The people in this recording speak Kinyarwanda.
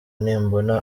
nimbona